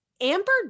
Amber